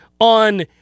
on